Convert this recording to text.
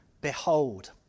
Behold